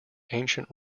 ancient